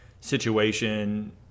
situation